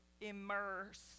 immerse